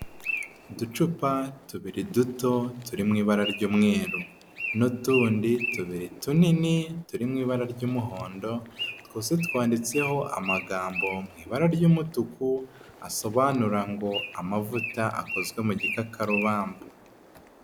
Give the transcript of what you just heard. Uducupa tubiri duto turi mu ibara ry'umweru, n'utundi tubiri tunini turi mu ibara ry'umuhondo twose twanditseho amagambo mu ibara ry'umutuku asobanura ngo amavuta akozwe mu gikakarubamba.